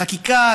חקיקה,